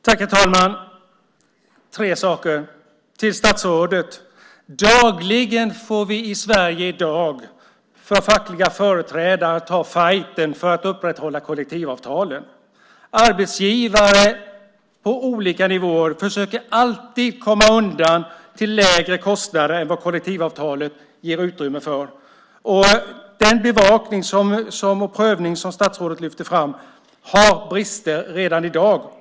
Herr talman! Jag vill säga tre saker till statsrådet. Vi får dagligen i Sverige som fackliga företrädare ta fajten för att hålla kollektivavtalen. Arbetsgivare på olika nivåer försöker alltid att komma undan till lägre kostnader än vad kollektivavtalet ger utrymme för. Den bevakning och prövning som statsrådet lyfte fram har brister redan i dag.